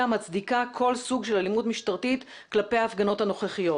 מצדיקה כל סוג של אלימות משטרתית כלפי ההפגנות הנוכחיות.